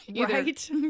Right